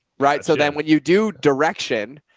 right. so then when you do direction,